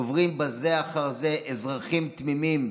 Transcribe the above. קוברים בזה אחר זה אזרחים תמימים.